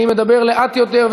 אני מדבר לאט יותר,